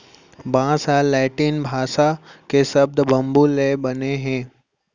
बांस ह लैटिन भासा के सब्द बंबू ले बने हे